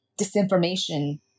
disinformation